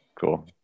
Cool